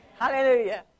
Hallelujah